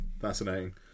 Fascinating